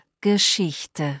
Geschichte